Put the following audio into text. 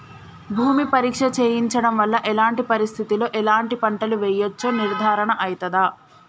భూమి పరీక్ష చేయించడం వల్ల ఎలాంటి పరిస్థితిలో ఎలాంటి పంటలు వేయచ్చో నిర్ధారణ అయితదా?